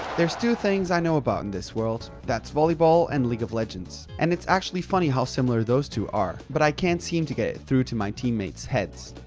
there's two things i know about in this world. that's volleyball and league of legends, and it's actually funny how similar those two are, but i can't seem to get it through to my teammates' heads.